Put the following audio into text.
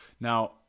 Now